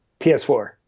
PS4